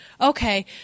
Okay